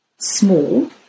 small